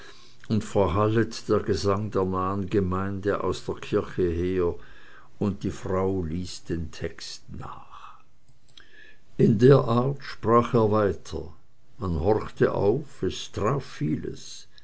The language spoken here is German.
und verhallet der sang der nahen gemeinde aus der kirche her und die frau liest den text nach in der art sprach er weiter man horchte auf es traf vieles